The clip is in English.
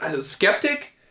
skeptic